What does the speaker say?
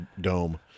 dome